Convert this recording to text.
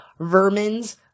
vermins